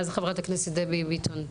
ואז חברת הכנסת דבי ביטון.